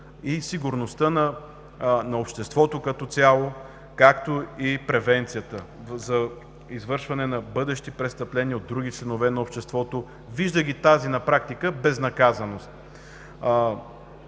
и сигурността на обществото като цяло, както и превенцията за извършване на бъдещи престъпления от други членове на обществото, виждайки на практика тази безнаказаност.